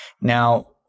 Now